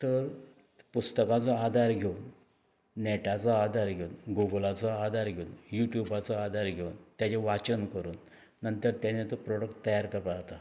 तर पुस्तकाचो आदार घेवन नॅटाचो आदार घेवन गोगोलाचो आदार घेवन युटुबाचो आदार घेवन तेजें वाचन करून नंतर तेणें तो प्रॉडक्ट तयार करपा आता